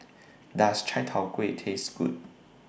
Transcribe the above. Does Chai Tow Kuay Taste Good